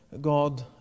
God